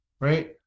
Right